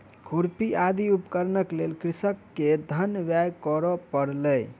खुरपी आदि उपकरणक लेल कृषक के धन व्यय करअ पड़लै